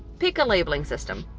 pick a labeling system,